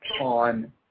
on